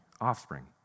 offspring